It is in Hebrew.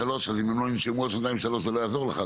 שלוש זה לא יעזור לך,